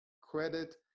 credit